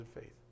faith